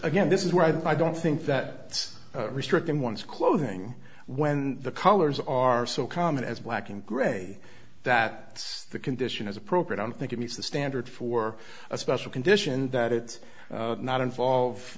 again this is where i don't think that restricting one's clothing when the colors are so common as black and gray that the condition is appropriate i don't think it meets the standard for a special condition that it's not involve